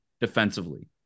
defensively